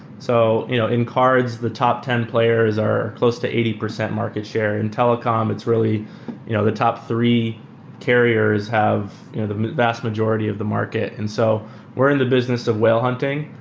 so you know in cards, the top ten players are close to eighty percent market share, in telecom, it's really you know the top three carriers have you know the vast majority of the market. and so we're in the business of well hunting.